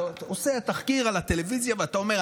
אתה עושה תחקיר על הטלוויזיה ואתה אומר: